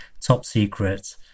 top-secret